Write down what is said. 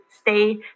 stay